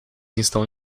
estão